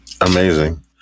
Amazing